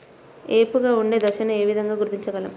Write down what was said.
ఏపుగా ఉండే దశను ఏ విధంగా గుర్తించగలం?